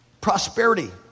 prosperity